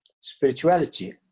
spirituality